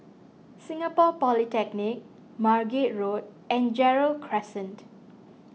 Singapore Polytechnic Margate Road and Gerald Crescent